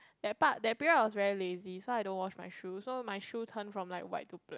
that part that period I was very lazy so I don't wash my shoe so my shoe turned from like white to black